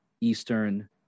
Eastern